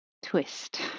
twist